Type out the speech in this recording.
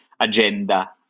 agenda